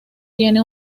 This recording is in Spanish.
tiene